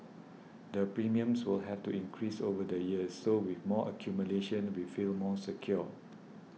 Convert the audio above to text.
the premiums will have to increase over the years so with more accumulation we feel more secure